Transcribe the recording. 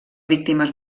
víctimes